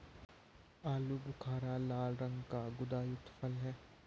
आलू बुखारा लाल रंग का गुदायुक्त फल है